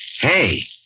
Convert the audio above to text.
Hey